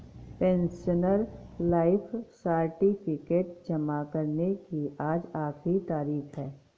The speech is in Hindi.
पेंशनर लाइफ सर्टिफिकेट जमा करने की आज आखिरी तारीख है